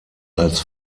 als